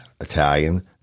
Italian